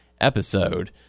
episode